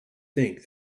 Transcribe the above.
think